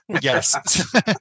Yes